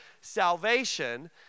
salvation